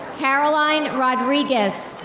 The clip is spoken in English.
caroline rodriguez.